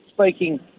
speaking